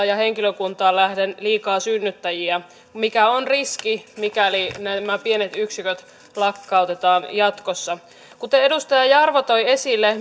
ja henkilökuntaan nähden liikaa synnyttäjiä mikä on riski mikäli nämä pienet yksiköt lakkautetaan jatkossa kuten edustaja jarva toi esille